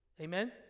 Amen